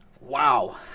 Wow